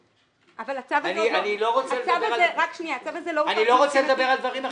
אני לא רוצה לדבר על דברים אחרים,